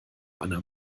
einer